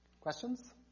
Questions